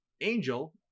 Angel